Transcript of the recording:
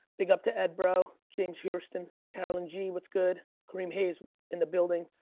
big up to ed borough, james jeursten, carolyn g, what's good? graham hayes in the building.